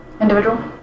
individual